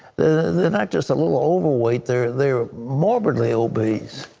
they're not just a little overweight. they're they're morbidly obese.